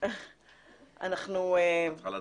אנחנו --- את צריכה להצביע.